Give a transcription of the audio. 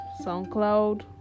soundcloud